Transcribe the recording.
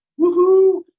woohoo